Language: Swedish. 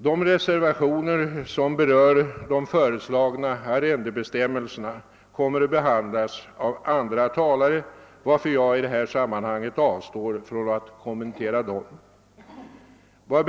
De reservationer som berör de föreslagna arrendebestämmelserna kommer att behandlas av andra talare, varför jag i detta sammanhang avstår från att kommentera dessa reservationer.